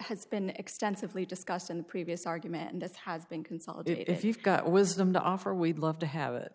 has been extensively discussed in the previous argument as has been consulted if you've got wisdom to offer we'd love to have it